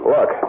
Look